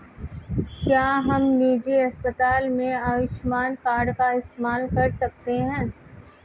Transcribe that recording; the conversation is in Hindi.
क्या हम निजी अस्पताल में आयुष्मान कार्ड का इस्तेमाल कर सकते हैं?